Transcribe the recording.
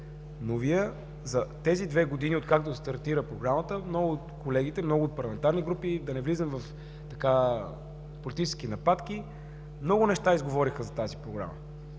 спор. За тези две години откакто стартира Програмата – много от колегите, много от парламентарните групи, да не влизам в политически нападки, много неща изговориха за тази Програма,